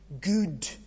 good